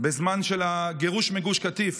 בזמן הגירוש מגוש קטיף.